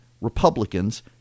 Republicans